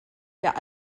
der